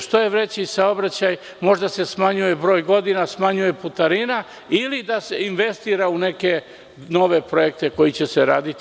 Što je veći saobraćaj, može da se smanjuje broj godina, smanjuje putarina ili da se investira u neke nove projekte koji će se raditi.